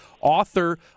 author